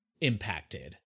impacted